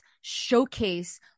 showcase